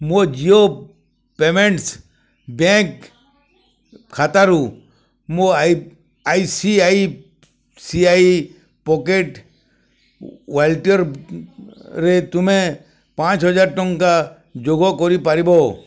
ମୋ Jio payments bank ଖାତାରୁ ମୋ I I C I C I pocket ୱାଲଟିୟର୍ରେ ତୁମେ ପାଞ୍ଚହଜାର ଟଙ୍କା ଯୋଗ କରିପାରିବ